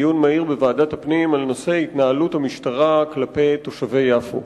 דיון מהיר בוועדת הפנים על נושא התנהלות המשטרה כלפי תושבי יפו.